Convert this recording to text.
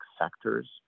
sectors